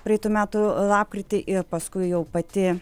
praeitų metų lapkritį ir paskui jau pati